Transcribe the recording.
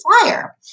flyer